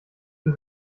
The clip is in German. für